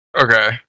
Okay